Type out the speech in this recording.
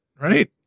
right